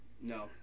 No